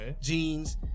jeans